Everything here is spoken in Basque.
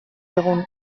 egun